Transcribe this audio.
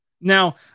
Now